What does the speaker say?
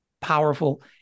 powerful